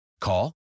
Call